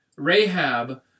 Rahab